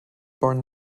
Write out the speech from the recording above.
born